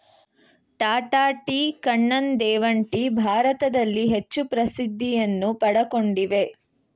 Tata tea, Kannan Devan tea ಭಾರತದಲ್ಲಿ ಹೆಚ್ಚು ಪ್ರಸಿದ್ಧಿಯನ್ನು ಪಡಕೊಂಡಿವೆ